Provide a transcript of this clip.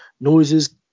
noises